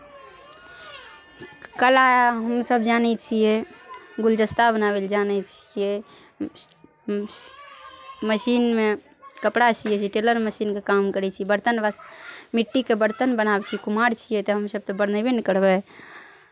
कला हमसभ जानै छियै गुलदस्ता बनाबै लए जानै छियै मशीनमे कपड़ा सियै छियै टेलर मशीनके काम करै छी बरतन बासन मिट्टीके बरतन बनाबै छियै कुम्हार छियै तऽ हमसभ तऽ बनयबे ने करबै